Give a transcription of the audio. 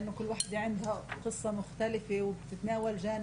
אם תדברו בערבית, אני אדאג